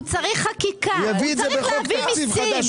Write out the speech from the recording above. הוא יביא את זה בחוק תקציב חדש,